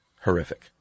Horrific